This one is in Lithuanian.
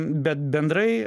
bet bendrai